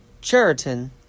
Cheriton